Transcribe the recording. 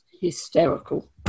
hysterical